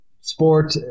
sport